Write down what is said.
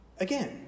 again